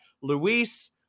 Luis